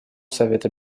совета